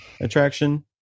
attraction